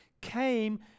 came